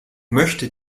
möchte